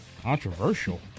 Controversial